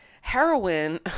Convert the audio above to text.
heroin